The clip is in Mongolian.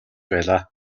байлаа